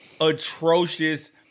atrocious